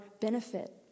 benefit